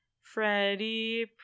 Freddie